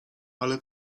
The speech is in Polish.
ale